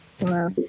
Wow